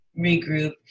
regroup